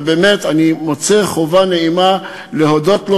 ואני באמת מוצא חובה נעימה להודות לו,